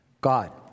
God